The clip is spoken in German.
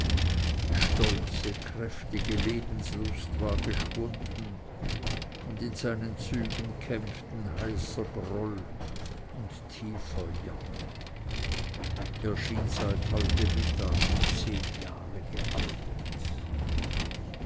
die stolze kräftige lebenslust war geschwunden und in seinen zügen kämpften heißer groll und tiefer jammer er schien seit heute mittag um zehn jahre gealtert